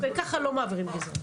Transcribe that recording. אוקיי, ככה לא מעבירים גזרה.